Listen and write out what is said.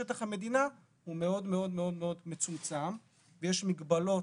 שטח המדינה הוא מאוד מצומם ויש מגבלות